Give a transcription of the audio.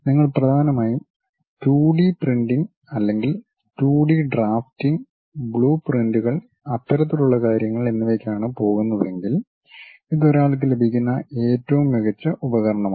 നിങ്ങൾ പ്രധാനമായും 2 D printing അല്ലെങ്കിൽ 2 ഡി ഡ്രാഫ്റ്റിംഗ് ബ്ലൂപ്രിന്റുകൾ അത്തരത്തിലുള്ള കാര്യങ്ങൾ എന്നിവയ്ക്കാണ് പോകുന്നതെങ്കിൽ ഇത് ഒരാൾക്ക് ലഭിക്കുന്ന ഏറ്റവും മികച്ച ഉപകരണമാണ്